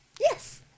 Yes